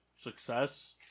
Success